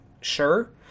Sure